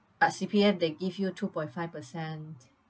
uh C_P_F they give you two-point-five percent